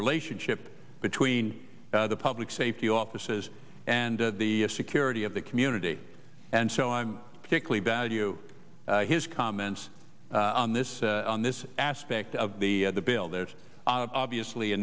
relationship between the public safety offices and the security of the community and so i'm particularly value his comments on this on this aspect of the the bill there's obviously a